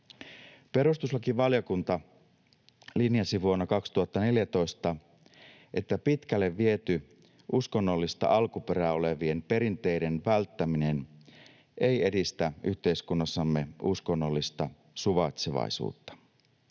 Perustuslakivaliokunta linjasi vuonna 2014, että pitkälle viety uskonnollista alkuperää olevien perinteiden välttäminen ei edistä yhteiskunnassamme uskonnollista suvaitsevaisuutta.